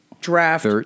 draft